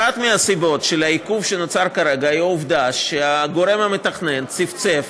אחת הסיבות לעיכוב שנוצר כרגע היא העובדה שהגורם המתכנן צפצף